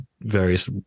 various